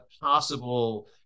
possible